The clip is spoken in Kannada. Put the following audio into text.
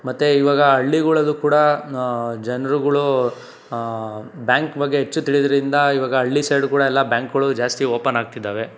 ಮತ್ತು ಇವಾಗ ಹಳ್ಳಿಗಳಲ್ಲು ಕೂಡ ಜನ್ರುಗಳು ಬ್ಯಾಂಕ್ ಬಗ್ಗೆ ಹೆಚ್ಚು ತಿಳಿದರಿಂದ ಇವಾಗ ಹಳ್ಳಿ ಸೈಡು ಕೂಡ ಎಲ್ಲ ಬ್ಯಾಂಕ್ಗಳು ಜಾಸ್ತಿ ಓಪನ್ ಆಗ್ತಿದ್ದಾವೆ